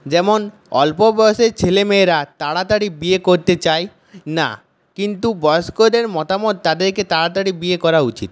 যেমন অল্প বয়েসের ছেলেমেয়েরা তাড়াতাড়ি বিয়ে করতে চায় না কিন্তু বয়স্কদের মতামত তাদেরকে তাড়াতাড়ি বিয়ে করা উচিত